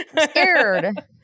scared